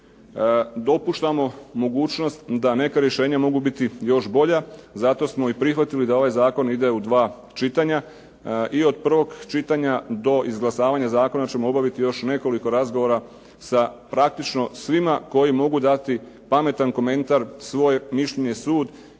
Dopuštamo mogućnost da neka rješenja mogu biti još bolja, zato smo i prihvatili da ovaj zakon ide u dva čitanja i od prvog čitanja do izglasavanja zakona ćemo obaviti još nekoliko razgovora sa praktično svima koji mogu dati pametan komentar, svoje mišljenje, sud